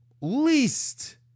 least